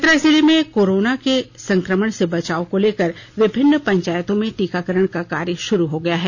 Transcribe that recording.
चतरा जिले में कोरोना के संक्रमण से बचाव को लेकर विभिन्न पंचायतों में टीकाकरण का कार्य शुरू हो गया है